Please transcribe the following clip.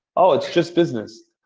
ah it's just business.